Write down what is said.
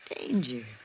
danger